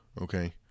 okay